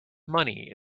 money